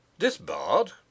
Disbarred